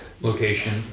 Location